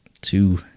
two